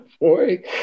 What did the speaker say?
boy